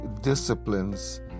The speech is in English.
disciplines